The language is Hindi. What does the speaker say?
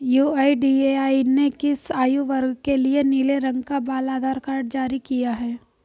यू.आई.डी.ए.आई ने किस आयु वर्ग के लिए नीले रंग का बाल आधार कार्ड जारी किया है?